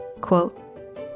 quote